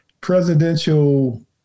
presidential